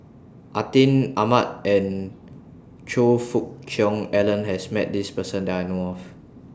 Atin Amat and Choe Fook Cheong Alan has Met This Person that I know of